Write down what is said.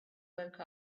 woke